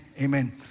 amen